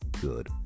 good